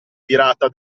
virata